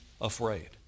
afraid